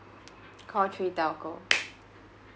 call three telco